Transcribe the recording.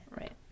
Right